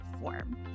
form